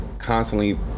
constantly